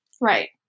Right